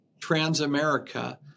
Transamerica